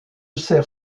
sert